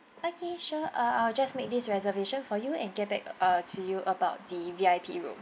okay sure uh I will just make this reservation for you and get back uh to you about the V_I_P room